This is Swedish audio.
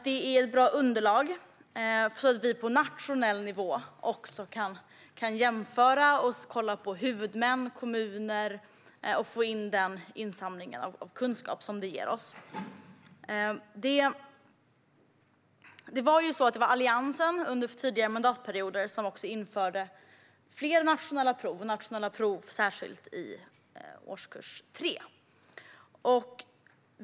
De ger ett bra underlag så att vi på nationell nivå kan jämföra och kolla på huvudmän, kommuner, och kunna samla in den kunskap som detta ger oss. Under tidigare mandatperioder var det Alliansen som införde fler nationella prov, särskilt i årskurs 3.